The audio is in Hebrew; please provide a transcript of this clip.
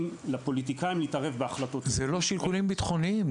לפוליטיקאים להתערב בהחלטות --- זה לא שיקולים בטחוניים,